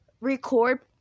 record